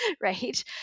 right